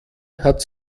hat